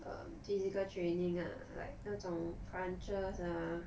um physical training lah like 那种 crunches ah